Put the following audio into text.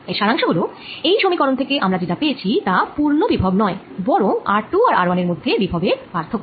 এর সারাংশ হল এই সমীকরন থেকে আমরা যেটা পেয়েছি তা পূর্ণ বিভব নয় বরং r2 আর r1এর মধ্যে বিভবের পার্থক্য